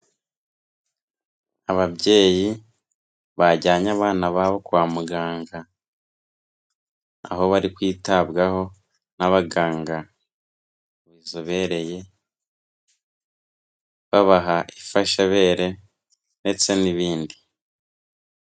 Ababyeyi bajyanye abana babo kwa muganga, aho bari kwitabwaho n'abaganga babizobereye babaha imfashabere ndetse n'ibindi.